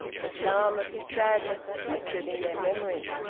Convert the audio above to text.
the charm of his sadness persisted in their memory.